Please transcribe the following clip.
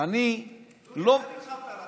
אני לא, אתה, אתה היית יושב-ראש.